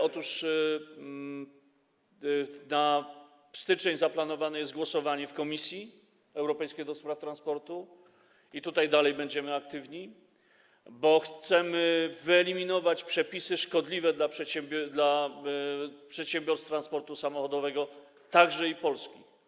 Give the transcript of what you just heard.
Otóż na styczeń zaplanowane jest głosowanie w Komisji Europejskiej w sprawie transportu i tutaj dalej będziemy aktywni, bo chcemy wyeliminować przepisy szkodliwe dla przedsiębiorstw transportu samochodowego, także polskich.